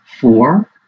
four